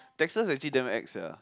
Texas actually damn exp sia